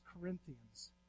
Corinthians